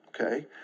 Okay